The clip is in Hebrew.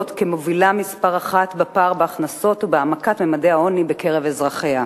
כמובילה מספר אחת בפער בהכנסות ובהעמקת ממדי העוני בקרב אזרחיה.